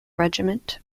regiment